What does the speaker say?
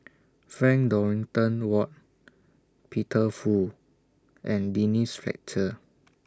Frank Dorrington Ward Peter Fu and Denise Fletcher